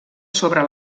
sobre